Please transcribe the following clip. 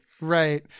right